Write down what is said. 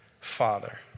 father